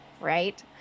right